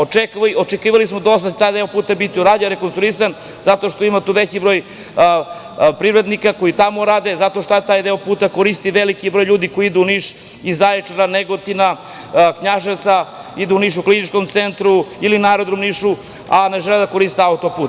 Očekivali smo da će taj deo puta biti urađen, rekonstruisan, zato što ima tu veći broj privrednika koji tamo rade, zato što taj deo puta koristi veliki broj ljudi koji idu u Niš, iz Zaječara, Negotina, Knjaževca, idu u Niš u Klinički centar, ili na aerodrom u Nišu, a ne žele da koriste autoput.